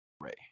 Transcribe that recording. Ray